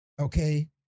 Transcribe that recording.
Okay